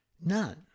none